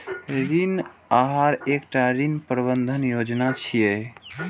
ऋण आहार एकटा ऋण प्रबंधन योजना छियै